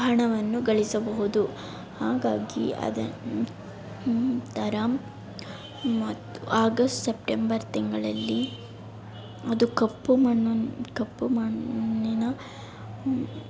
ಹಣವನ್ನು ಗಳಿಸಬಹುದು ಹಾಗಾಗಿ ಅದೊಂಥರ ಮತ್ತು ಆಗಸ್ಟ್ ಸೆಪ್ಟೆಂಬರ್ ತಿಂಗಳಲ್ಲಿ ಅದು ಕಪ್ಪು ಮಣ್ಣಿನ ಕಪ್ಪು ಮಣ್ಣಿನ